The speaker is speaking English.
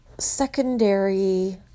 Secondary